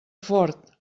fort